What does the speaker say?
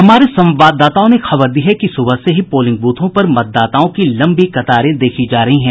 हमारे संवाददाताओं ने खबर दी है कि सुबह से ही पोलिंग बूथों पर मतदाताओं की लम्बी कतारें देखी जा रही हैं